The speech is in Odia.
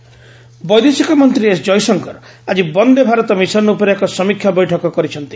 ଜୟଶଙ୍କର ରିଭ୍ୟ ମିଟିଂ ବୈଦେଶିକ ମନ୍ତ୍ରୀ ଏସ୍ ଜୟଶଙ୍କର ଆଜି ବନ୍ଦେ ଭାରତ ମିଶନ୍ ଉପରେ ଏକ ସମୀକ୍ଷା ବୈଠକ କରିଛନ୍ତି